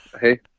hey